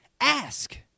Ask